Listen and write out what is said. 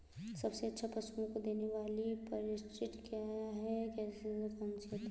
सबसे अच्छा पशुओं को देने वाली परिशिष्ट क्या है? कौन सी होती है?